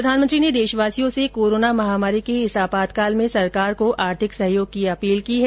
प्रधानमंत्री ने देशवासियों से कोरोना महामारी के इस आपातकाल में सरकार को आर्थिक सहयोग की अपील की है